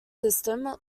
system